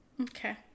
Okay